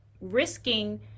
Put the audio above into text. risking